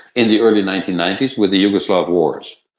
in the early nineteen ninety s with the yugoslav wars.